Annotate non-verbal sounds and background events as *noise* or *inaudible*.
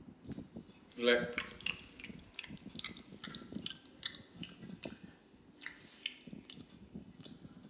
like *noise*